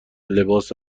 لباس